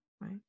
right